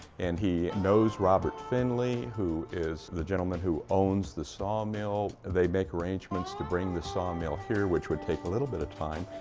and he knows robert finley, who is the gentleman who owns the sawmill. they make arrangements to bring the sawmill here, which would take a little bit of time.